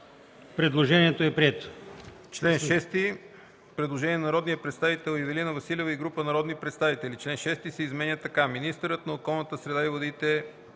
Предложението е прието.